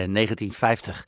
1950